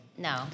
no